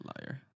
Liar